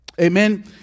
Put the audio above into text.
Amen